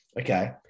okay